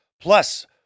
Plus